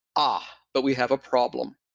ah, but we have a problem.